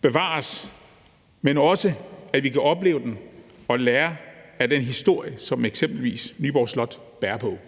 bevares, men også, at vi kan opleve den og lære af den historie, som eksempelvis Nyborg Slot bærer på.